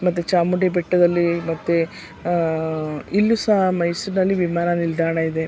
ಮತ್ತು ಚಾಮುಂಡಿ ಬೆಟ್ಟದಲ್ಲಿ ಮತ್ತು ಇಲ್ಲೂ ಸಹ ಮೈಸೂರಿನಲ್ಲಿ ವಿಮಾನ ನಿಲ್ದಾಣ ಇದೆ